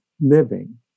living